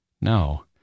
No